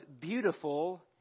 beautiful